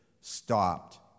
stopped